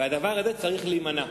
והדבר הזה צריך להימנע.